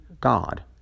God